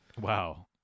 wow